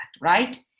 right